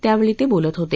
त्यावेळी ते बोलत होते